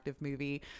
movie